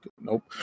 nope